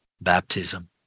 baptism